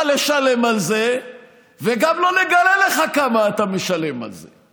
לשלם על זה וגם לא נגלה לך כמה אתה משלם על זה.